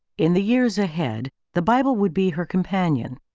in the years ahead, the bible would be her companion,